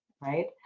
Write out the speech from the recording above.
right